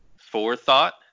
forethought